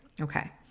okay